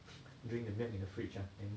drink the milk in the fridge ah and